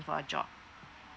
for a job